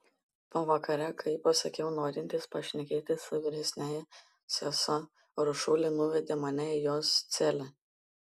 pavakare kai pasakiau norintis pašnekėti su vyresniąja sesuo uršulė nuvedė mane į jos celę